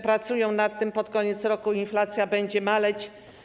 Pracują nad tym i pod koniec roku inflacja będzie maleć.